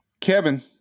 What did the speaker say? Kevin